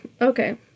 Okay